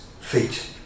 feet